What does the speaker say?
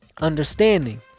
understanding